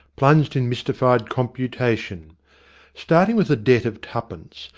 plunged in mystified computation starting with a debt of twopence,